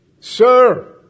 Sir